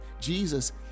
Jesus